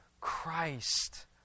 Christ